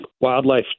wildlife